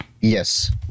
Yes